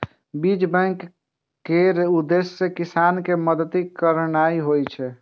बीज बैंक केर उद्देश्य किसान कें मदति करनाइ होइ छै